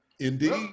Indeed